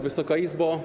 Wysoka Izbo!